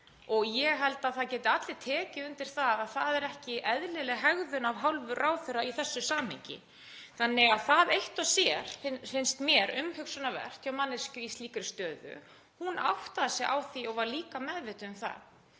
Ég held að það geti allir tekið undir að það er ekki eðlileg hegðun af hálfu ráðherra í þessu samhengi. Þannig að það eitt og sér finnst mér umhugsunarvert hjá manneskju í slíkri stöðu. Hún áttaði sig á því og var líka meðvituð um það.